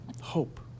Hope